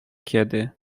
kiedy